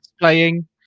playing